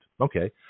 Okay